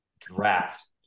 draft